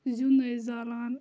زِیُن أسۍ زالان